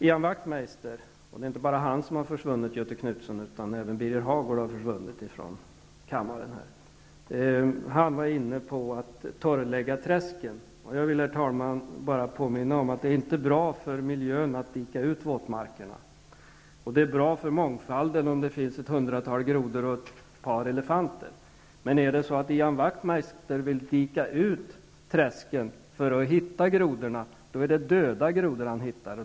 Det är inte bara Ian Wachtmeister som har försvunnit, Göthe Knutson, utan även Birger Hagård har försvunnit från kammaren. Men Ian Wachtmeister var inne på att torrlägga träsken. Jag vill, herr talman, bara påminna om att det inte är bra för miljön att dika ut våtmarkerna. Det är bra för mångfalden om det finns ett hundratal grodor och ett par elefanter. Men om Ian Wachtmeister vill dika ut träsken för att hitta grodorna, är det döda grodor han hittar.